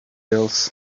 else